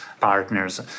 partners